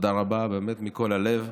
תודה רבה באמת מכל הלב.